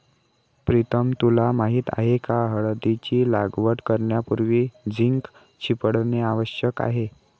प्रीतम तुला माहित आहे का हळदीची लागवड करण्यापूर्वी झिंक शिंपडणे आवश्यक आहे